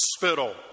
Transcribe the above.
hospital